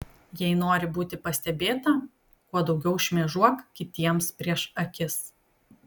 jei nori būti pastebėta kuo daugiau šmėžuok kitiems prieš akis